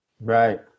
right